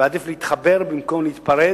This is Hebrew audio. ועדיף להתחבר במקום להיפרד.